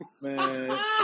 Man